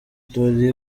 ndoli